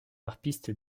harpiste